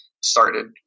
started